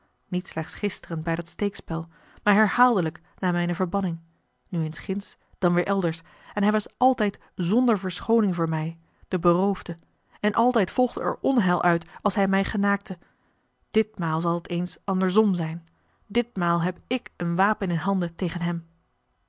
niet slechts gisteren bij dat steekspel maar herhaaldelijk na mijne verbanning nu eens ginds dan weêr elders en hij was altijd zonder verschooning voor mij den beroofde en altijd volgde er onheil uit als hij mij genaakte ditmaal zal het eens andersom zijn ditmaal heb ik een wapen in handen tegen hein